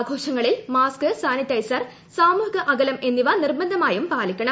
ആഘോഷങ്ങളിൽ mask sanitiser സാമൂഹിക അകലം എന്നിവ നിർബന്ധമായും പാലിക്കണം